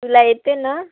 तुला येते ना